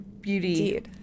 beauty